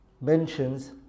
mentions